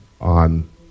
on